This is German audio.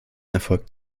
erfolgt